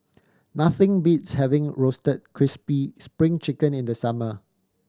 nothing beats having Roasted Crispy Spring Chicken in the summer